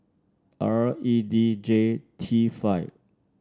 R E D J T five